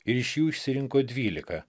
ir iš jų išsirinko dvylika